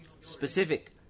Specific